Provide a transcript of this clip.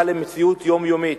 למציאות יומיומית.